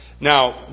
Now